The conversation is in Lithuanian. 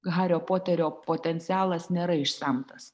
hario poterio potencialas nėra išsemtas